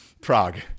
Prague